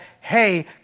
hey